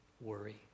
worry